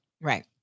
Right